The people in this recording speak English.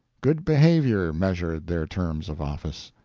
good behaviour measured their terms of office.